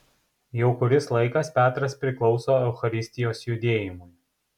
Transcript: jau kuris laikas petras priklauso eucharistijos judėjimui